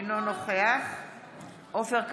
אינו נוכח עופר כסיף,